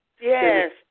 yes